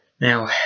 Now